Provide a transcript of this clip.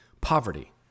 Poverty